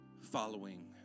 following